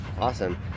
Awesome